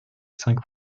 cinq